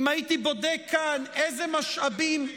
אם הייתי בודק כאן איזה משאבים,